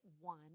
one